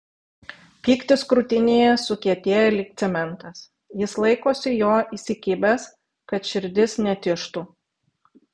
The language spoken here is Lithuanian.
pyktis krūtinėje sukietėja lyg cementas jis laikosi jo įsikibęs kad širdis netižtų